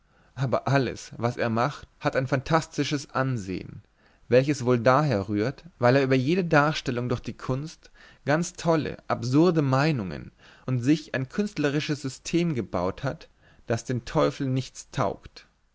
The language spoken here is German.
aber alles was er macht hat ein fantastisches ansehen welches wohl daher rührt weil er über jede darstellung durch die kunst ganz tolle absurde meinungen und sich ein künstlerisches system gebaut hat das den teufel nichts taugt